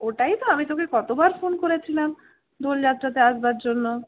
ওটাই তো আমি তোকে কতবার ফোন করেছিলাম দোলযাত্রাতে আসবার জন্য